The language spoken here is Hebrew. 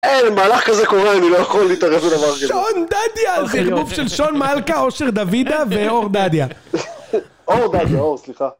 אין, מהלך כזה קורה, אני לא יכול להתערב בדבר כזה. שון דדיה על חיכבוף של שון מלכה, עושר דודה ואור דדיה. אור דדיה, אור, סליחה.